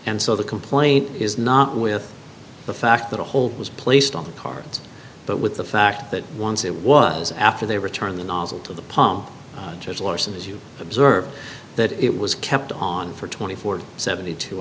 and so the complaint is not with the fact that a hole was placed on the parts but with the fact that once it was after they return the nozzle to the pump just larsen as you observed that it was kept on for twenty four to seventy two